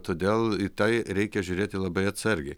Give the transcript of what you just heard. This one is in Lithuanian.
todėl į tai reikia žiūrėti labai atsargiai